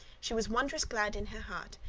she was wondrous glad in her heart,